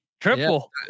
triple